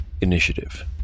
Initiative